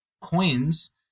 Coins